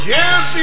Yes